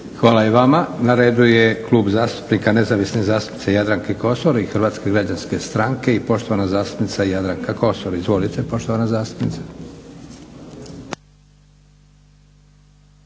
Hvala i vama. Na redu je Klub zastupnika nezavisne zastupnice Jadranke Kosor i Hrvatske građanske stranke i poštovana zastupnica Jadranka Kosor. Izvolite poštovana zastupnice.